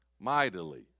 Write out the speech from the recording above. mightily